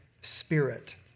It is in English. spirit